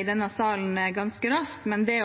i denne salen ganske raskt. Det